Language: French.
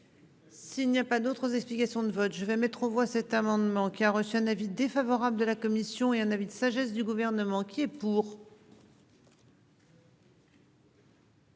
S'il n'y a pas d'autres explications de vote, je vais mettre aux voix cet amendement qui a reçu un avis défavorable de la commission et un avis de sagesse du gouvernement qui est pour.